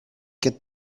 get